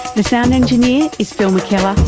the sound engineer is phil mckellar.